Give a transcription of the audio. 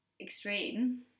extreme